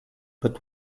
but